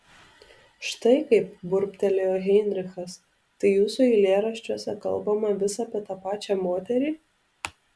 štai kaip burbtelėjo heinrichas tai jūsų eilėraščiuose kalbama vis apie tą pačią moterį